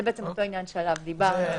זה אותו עניין שעליו דיברנו.